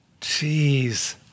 Jeez